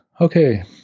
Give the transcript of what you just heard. okay